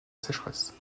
sécheresse